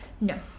No